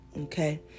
okay